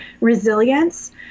resilience